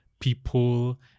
People